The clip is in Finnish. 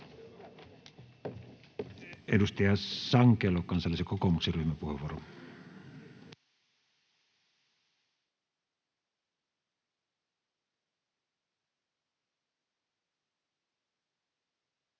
Edustaja Sankelo, Kansallisen Kokoomuksen ryhmäpuheenvuoro.